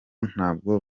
ntabwo